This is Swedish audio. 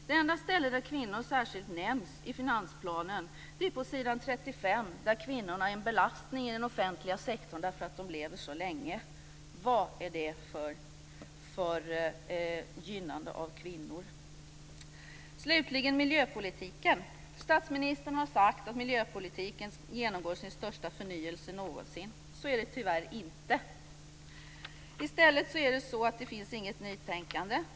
Det enda ställe där kvinnor särskilt nämns i finansplanen är s. 35, där kvinnorna är en belastning i den offentliga sektorn därför att de lever så länge. Vad är det för gynnande av kvinnor? Slutligen vill jag ta upp miljöpolitiken. Statsministern har sagt att miljöpolitiken genomgår sin största förnyelse någonsin. Så är det tyvärr inte. I stället är det så att det inte finns något nytänkande.